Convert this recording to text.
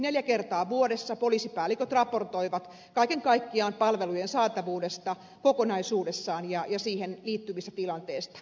neljä kertaa vuodessa poliisipäälliköt raportoivat kaiken kaikkiaan palvelujen saatavuudesta kokonaisuudessaan ja siihen liittyvistä tilanteista